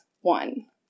one